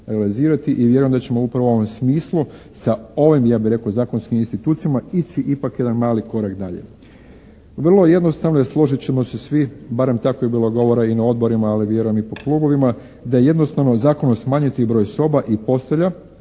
I vjerujem da ćemo upravo u ovom smislu sa ovim ja bih rekao zakonskim institucijama ići ipak jedan mali korak dalje. Vrlo je jednostavno, složit ćemo se svi, barem tako je bilo govora i na odborima, ali vjerujem i po klubovima da jednostavno zakonom smanjiti broj soba i postelja,